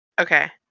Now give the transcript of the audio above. Okay